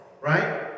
Right